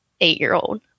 eight-year-old